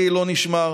נבחר,